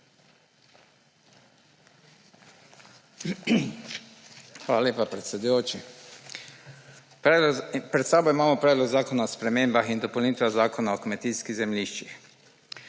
Hvala lepa predsedujoči. Pred sabo imamo Predlog zakona o spremembah in dopolnitvah Zakona o kmetijskih zemljiščih.